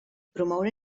promoure